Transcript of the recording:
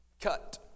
Cut